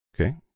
Okay